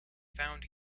found